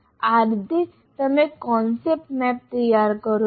આ રીતે તમે કોન્સેપ્ટ મેપ તૈયાર કરો છો